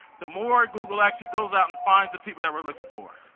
the more google actually goes out and finds the people that we're looking for.